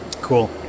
Cool